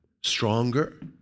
Stronger